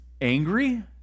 angry